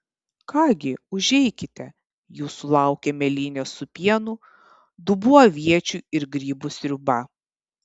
ką gi užeikite jūsų laukia mėlynės su pienu dubuo aviečių ir grybų sriuba